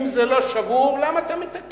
אם זה לא שבור, למה אתה מתקן?